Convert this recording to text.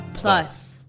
Plus